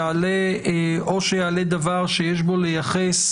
או שיעלה דבר שיש בו לייחס